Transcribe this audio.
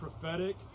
prophetic